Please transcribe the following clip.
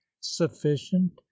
sufficient